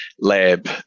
Lab